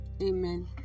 Amen